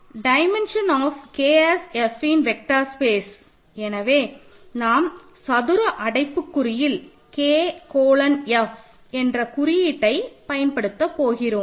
dimension of K as Fஇன் vector space எனவே நாம் சதுர அடைப்புக் குறியில் K கோலன் F என்ற குறியீட்டை உபயோகப்படுத்த போகிறோம்